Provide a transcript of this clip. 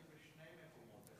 אני בשני מקומות,